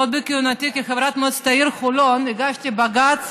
עוד בכהונתי כחברת מועצת העיר חולון הגשתי בג"ץ